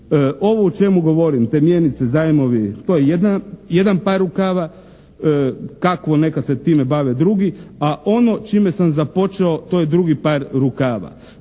Ovo o čemu govorim, te mjernice, zajmovi, to je jedan par rukava. Kako neka se time bavi drugi, a ono čime sam započeo to je drugi par rukava.